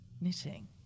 Knitting